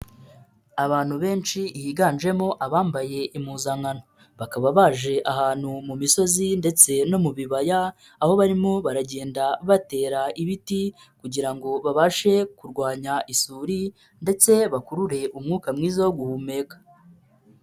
Abantu benshi higanjemo abambaye impuzankano, bakaba baje ahantu mu misozi ndetse no mu bibaya, aho barimo baragenda batera ibiti kugira ngo babashe kurwanya isuri ndetse bakurure umwuka mwiza wo guhumeka.